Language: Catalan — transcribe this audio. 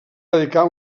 dedicar